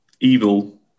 evil